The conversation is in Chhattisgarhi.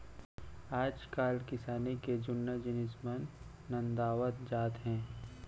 आजकाल किसानी के जुन्ना जिनिस मन नंदावत जात हें